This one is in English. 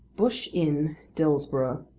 bush inn, dillsborough,